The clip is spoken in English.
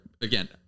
again